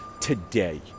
today